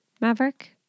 Maverick